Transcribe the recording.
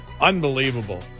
Unbelievable